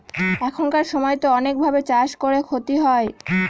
এখানকার সময়তো অনেক ভাবে চাষ করে ক্ষতি হয়